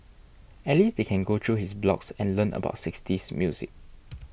at least they can go through his blogs and learn about sixties music